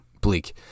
bleak